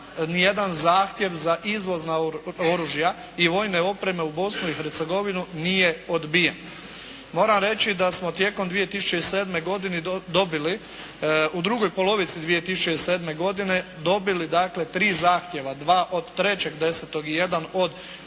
ni jedan zahtjev za izvoz oružja i vojne opreme u Bosnu i Hercegovinu nije odbijen. Moram reći da smo tijekom 2007. godine dobili u drugoj polovici 2007. godine, dobili dakle tri zahtjeva. Dva od 3.10. i jedan od